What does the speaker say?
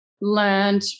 learned